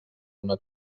una